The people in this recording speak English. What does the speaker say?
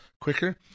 quicker